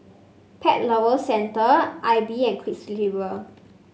Pet Lovers Centre AIBI and Quiksilver